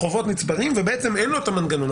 החובות נצברים ואין לו מנגנון.